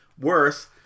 Worse